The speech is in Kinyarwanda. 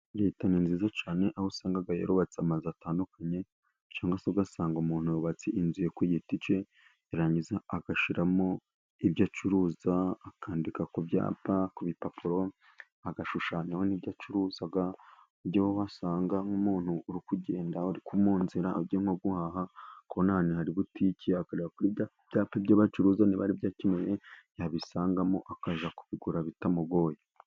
Leta ni nziza cyane, aho usanga yarubatse amazu atandukanye. Cyangwa se ugasanga umuntu yubatse inzu ye ku giti cye, yarangiza agashyiramo ibyo acuruza, akandika ku byapa, ku bipapuro, agashushanyaho n'ibyo acuruza. Ku buryo wasanga nk'umuntu uri kugenda mu nzira, ugiye nko guhaha, akabona ahantu hari butiki, akabona ibyapa byerekana ibyo bacuruza. Niba ari byo akeneye, yabisangamo, akaza kubigura bitamugoye.